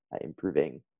improving